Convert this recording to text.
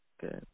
Good